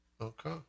okay